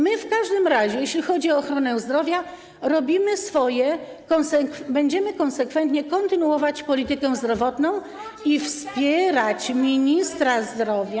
My w każdym razie, jeśli chodzi o ochronę zdrowia, robimy swoje: będziemy konsekwentnie kontynuować politykę zdrowotną i wspierać ministra zdrowia.